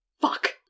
Fuck